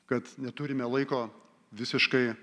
kad neturime laiko visiškai